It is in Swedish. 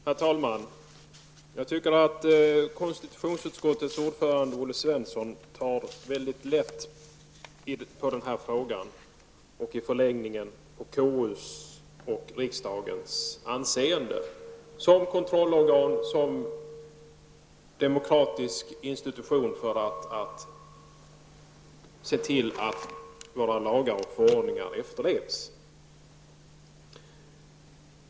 Herr talman! Jag tycker att konstitutionsutskottets ordförande Olle Svensson tar lätt på frågan och i förlängningen på KUs och riksdagens anseende som kontrollorgan och demokratisk institution för att se till att våra lagar och förordningar efterlevs.